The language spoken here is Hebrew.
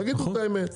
תגידו את האמת.